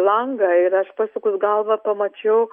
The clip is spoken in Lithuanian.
langą ir aš pasukus galvą pamačiau